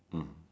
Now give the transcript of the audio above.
mm mm